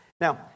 Now